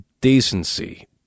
Decency